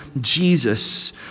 Jesus